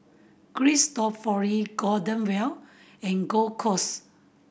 Cristofori Golden Wheel and Gold coast